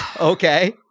Okay